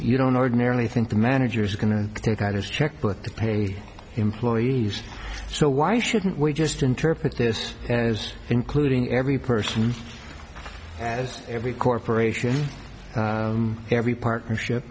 you don't ordinarily think the manager is going to take out his checkbook to pay employees so why shouldn't we just interpret this as including every person as every corporation every partnership